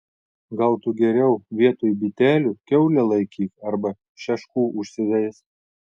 gal tu geriau vietoj bitelių kiaulę laikyk arba šeškų užsiveisk